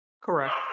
Correct